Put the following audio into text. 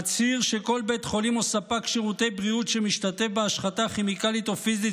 אצהיר שכל בית חולים או ספק שירותי בריאות שמשתתף בהשחתה כימית או פיזית